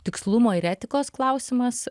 tikslumo ir etikos klausimas